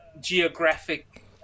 geographic